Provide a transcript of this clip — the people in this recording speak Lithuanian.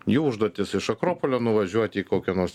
jų užduotis iš akropolio nuvažiuoti į kokią nors